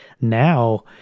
Now